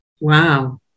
Wow